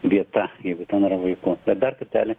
vieta jeigu ten yra vaikų ir dar kartelį